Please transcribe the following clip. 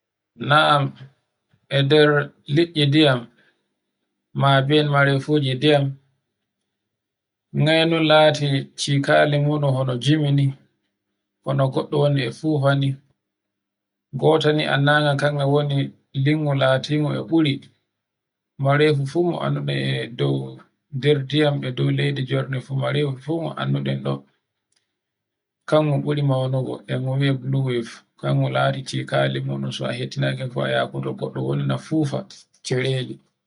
Na'am e nder liɗɗi ndiyam ma biyel marefuji ndiyam nyaino lati cikale muɗum hono jimi ni, hono goɗɗo woni e fufuni. Gotoni ni anndaka kanga woni lingu latingu e ɓuri merefu fu mo annduɗen e dow ndiyam e dow leydi jorndi fu marefu fu annduɗen ɗo kan no ɓuri maunugo. e ngo wiye blueweb kango lati cikale muɗum so a hetina bo a yaɓudo goɗɗo wulwuno fufa cereji.